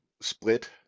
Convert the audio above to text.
split